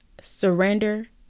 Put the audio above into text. surrender